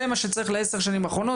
זה הסכום שצריך ל-10 השנים האחרונות?